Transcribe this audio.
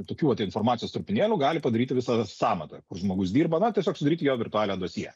tokių vat informacijos trupinėlių gali padaryti visą sąmatą kur žmogus dirba na tiesiog sudaryti jo virtualią dosjė